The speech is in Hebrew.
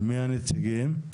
מי הנציגים?